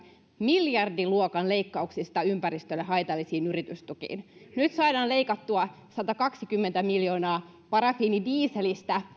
miljardiluokan leikkauksista ympäristölle haitallisiin yritystukiin nyt saadaan leikattua satakaksikymmentä miljoonaa parafiinidieselistä